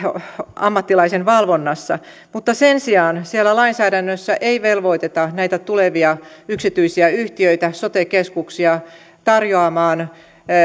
ammattilaisen valvonnassa mutta sen sijaan siellä lainsäädännössä ei velvoiteta näitä tulevia yksityisiä yhtiöitä sote keskuksia tarjoamaan